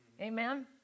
Amen